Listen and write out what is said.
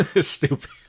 stupid